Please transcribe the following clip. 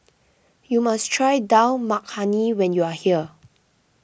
you must try Dal Makhani when you are here